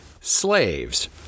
slaves